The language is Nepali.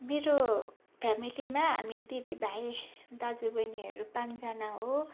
मेरो फेमिलीमा हामी दिदीभाइ दाजुबहिनीहरू पाँचजना हो